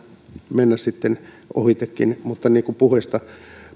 mennä sitten ohitsekin mutta niin kuin puheistanne